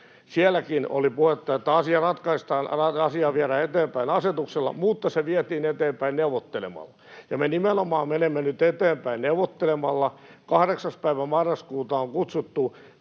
Sielläkin oli puhetta, että asia ratkaistaan ja viedään eteenpäin asetuksella, mutta se vietiin eteenpäin neuvottelemalla. Me nimenomaan menemme nyt eteenpäin neuvottelemalla. 8. päivä marraskuuta on kutsuttu